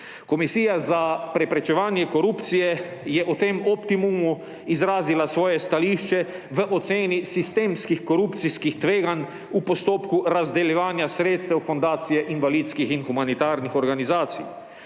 Komisija za preprečevanje korupcije je o tem optimumu izrazila svoje stališče v oceni sistemskih korupcijskih tveganj v postopku razdeljevanja sredstev fundacije invalidskih in humanitarnih organizacij.